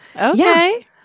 Okay